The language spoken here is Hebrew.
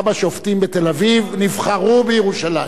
גם השופטים בתל-אביב נבחרו בירושלים.